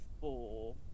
four